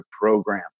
program